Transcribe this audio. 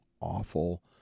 awful